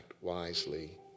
wisely